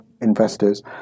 investors